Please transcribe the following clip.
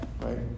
right